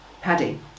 Paddy